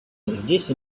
здесь